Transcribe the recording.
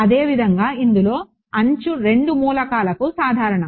అదేవిధంగా ఇందులో అంచు రెండు మూలకాలకు సాధారణం